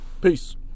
Peace